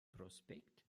prospekt